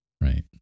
right